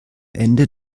ende